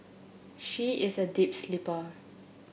she is a deep sleeper